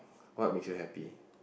what makes you happy